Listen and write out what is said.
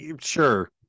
Sure